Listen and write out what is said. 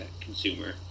consumer